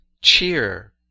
cheer